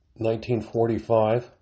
1945